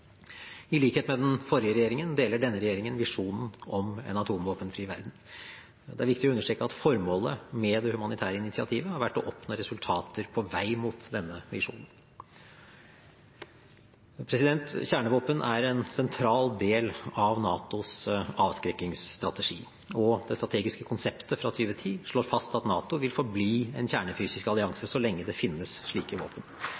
I likhet med den forrige regjeringen deler denne regjeringen visjonen om en atomvåpenfri verden. Det er viktig å understreke at formålet med det humanitære initiativet har vært å oppnå resultater på vei mot denne visjonen. Kjernevåpen er en sentral del av NATOs avskrekkingsstrategi, og det strategiske konseptet fra 2010 slår fast at NATO vil forbli en kjernefysisk allianse så lenge det finnes slike våpen.